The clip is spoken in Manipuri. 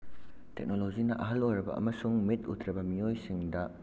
ꯇꯦꯛꯅꯣꯂꯤꯖꯤꯅ ꯑꯍꯜ ꯑꯣꯏꯔꯕ ꯑꯃꯁꯨꯡ ꯃꯤꯠ ꯎꯗ꯭ꯔꯕ ꯃꯤꯑꯣꯏꯁꯤꯡꯗ